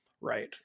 Right